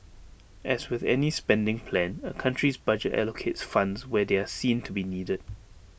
as with any spending plan A country's budget allocates funds where they are seen to be needed